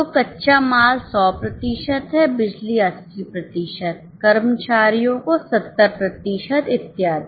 तो कच्चा माल 100 प्रतिशत है बिजली 80 प्रतिशत कर्मचारियों को 70 प्रतिशत इत्यादि